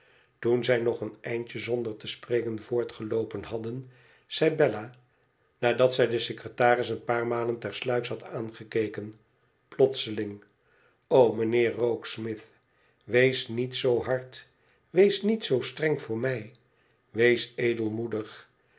toen zij nog een eindje zonder te spreken voortgeloopen hadden zei bella nadat zij den secretans een paar malen terluiks had aangekeken plotseling mijnheer rokesmith wees niet zoo hard wees niet zoo streng voor mij wees